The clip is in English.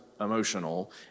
emotional